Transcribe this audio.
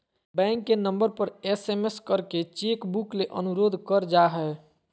bank के number पर SMS करके चेक बुक ले अनुरोध कर जा हय